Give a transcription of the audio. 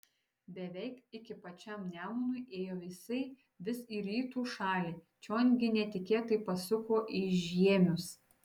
beveik iki pačiam nemunui ėjo jisai vis į rytų šalį čion gi netikėtai pasuko į žiemius